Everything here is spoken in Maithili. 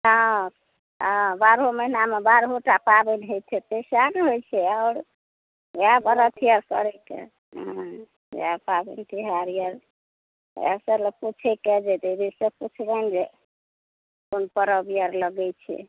हँ बारहो महिनामे बारहोटा पाबनि होइत हेतै सएह ने होइत छै आओर इएह परब यए करयके हँ इएह पाबनि तिहार यए इएह रहए पूछयके जे दीदीसँ पुछबनि जे कोन परब आओर लगैत छै